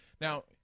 now